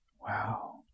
Wow